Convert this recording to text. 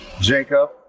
Jacob